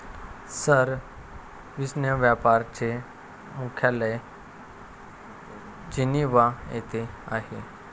sir, विश्व व्यापार चे मुख्यालय जिनिव्हा येथे आहे